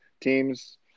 teams